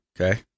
Okay